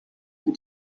für